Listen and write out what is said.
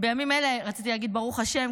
רציתי להגיד "ברוך השם",